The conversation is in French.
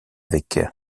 avec